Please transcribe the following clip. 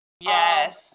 yes